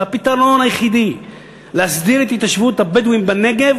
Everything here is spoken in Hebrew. שהפתרון היחידי להסדיר את התיישבות הבדואים בנגב